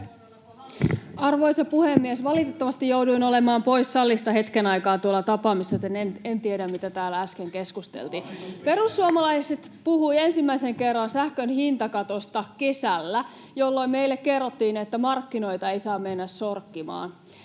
Arvoisa puhemies! Valitettavasti jouduin olemaan poissa salista hetken aikaa tapaamisessa, joten en tiedä, mitä täällä äsken keskusteltiin. Perussuomalaiset puhuivat ensimmäisen kerran sähkön hintakatosta kesällä, jolloin meille kerrottiin, että markkinoita ei saa mennä sorkkimaan.